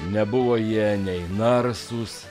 nebuvo jie nei narsūs